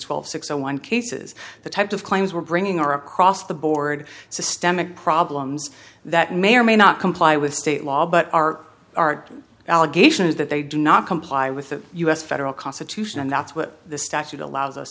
twelve six zero one cases the types of claims we're bringing are across the board systemic problems that may or may not comply with state law but are our allegation is that they do not comply with the u s federal constitution and that's what the statute allows us